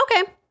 Okay